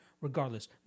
Regardless